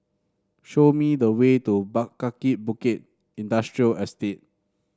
show me the way to Kaki Bukit Industrial Estate